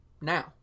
now